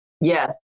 Yes